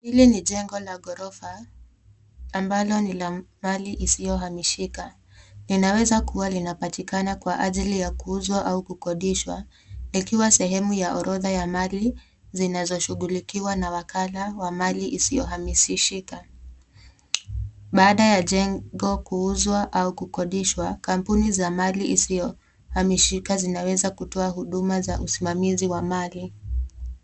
Ile ni jengo la ghorofa. Ambalo ni la mali isiyohamishika. Linaweza kuwa linapatikana kwa ajili ya kuuzwa au kukodishwa. Ikiwa sehemu ya orodha ya mali zinazoshughulikiwa na wakala wa mali isiyohamisishika. Baada ya jengo kuuzwa au kukodishwa kampuni za mali isiyohamishika zinaweza kutoa huduma za usimamizi wa mali.